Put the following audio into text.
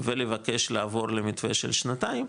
ולבקש לעבור למתווה של שנתיים